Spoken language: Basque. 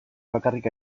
bakarrik